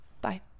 Bye